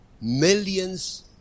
millions